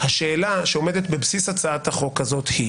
השאלה שעומדת בבסיס הצעת החוק הזאת היא